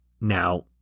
Now